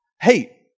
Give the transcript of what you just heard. hey